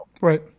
Right